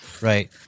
Right